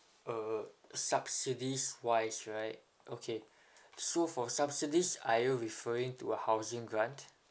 uh subsidies wise right okay so for subsidies are you referring to a housing grant